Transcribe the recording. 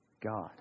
God